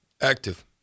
Active